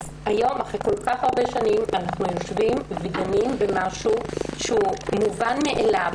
היום אחרי כל כך הרבה שנים אנחנו דנים במשהו שהוא מובן מאליו.